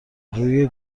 روی